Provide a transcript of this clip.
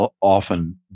often